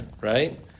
right